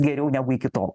geriau negu iki tol